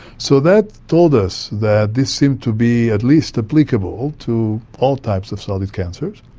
so that told us that this seemed to be at least applicable to all types of solid cancers.